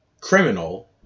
criminal